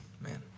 man